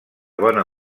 bona